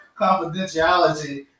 confidentiality